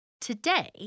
Today